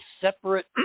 separate